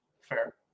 Fair